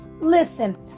listen